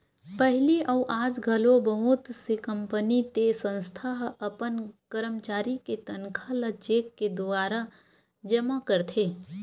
पहिली अउ आज घलो बहुत से कंपनी ते संस्था ह अपन करमचारी के तनखा ल चेक के दुवारा जमा करथे